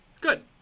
Good